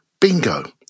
Bingo